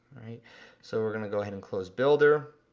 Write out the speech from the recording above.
alright so we're gonna go ahead and close builder.